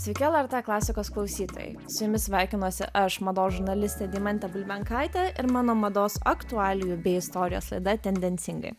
lrt klasikos klausytojai su jumis sveikinuosi aš mados žurnalistė deimantė bulbenkaitė ir mano mados aktualijų bei istorijos laida tendencingai